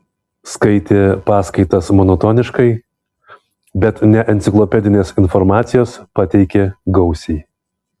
skaitė paskaitas monotoniškai bet neenciklopedinės informacijos pateikė gausiai